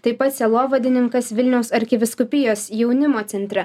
taip pat sielovadininkas vilniaus arkivyskupijos jaunimo centre